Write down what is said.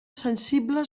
sensible